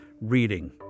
reading